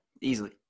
easily